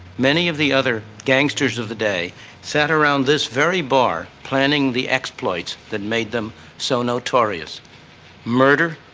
many of the other gangsters of the day sat around this very bar planning the exploits that made them so notorious murder,